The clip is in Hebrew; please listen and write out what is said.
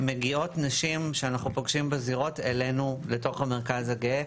מגיעות נשים שאנחנו פוגשים בזירות אלינו לתוך המרכז הגאה.